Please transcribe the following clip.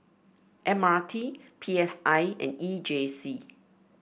M R T P S I and E J C